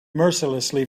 mercilessly